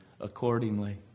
accordingly